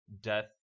death